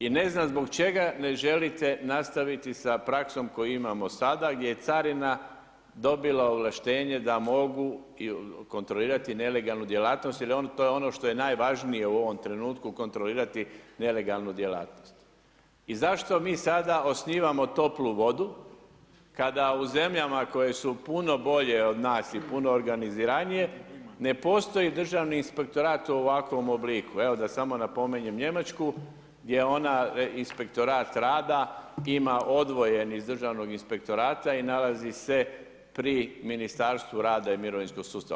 I ne znam zbog čega ne želite nastaviti sa praksom koju imamo sada, gdje je carina dobila ovlaštenje da mogu kontrolirati nelegalnu djelatnost jer to je ono što je najvažnije u ovoj trenutku kontrolirati nelegalnu djelatnost i zašto mi sada osnivati toplu vodu, kada u zemljama koje su puno bolje od nas i puno organiziranije ne postoji državni inspektorat u ovakvom obliku, evo, samo da napominjem Njemačku gdje ona inspektorat rada ima odvojen iz državnog inspektorata i nalazi se pri Ministarstvu rada i mirovinskog sustava.